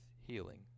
healing